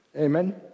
Amen